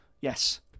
Yes